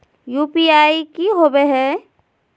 UPI की होवे हय?